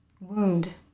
wound